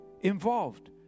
involved